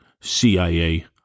CIA